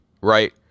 right